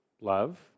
love